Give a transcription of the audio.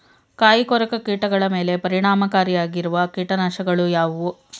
ಕಾಯಿಕೊರಕ ಕೀಟಗಳ ಮೇಲೆ ಪರಿಣಾಮಕಾರಿಯಾಗಿರುವ ಕೀಟನಾಶಗಳು ಯಾವುವು?